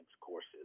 courses